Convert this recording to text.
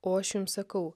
o aš jums sakau